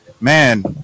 Man